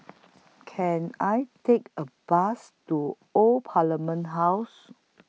Can I Take A Bus to Old Parliament House